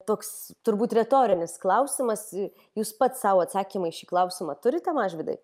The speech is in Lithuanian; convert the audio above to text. toks turbūt retorinis klausimas jūs pats sau atsakymą į šį klausimą turite mažvydai